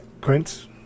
Quince